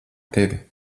tevi